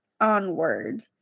onward